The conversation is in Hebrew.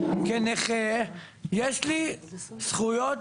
כנכה יש לי זכויות,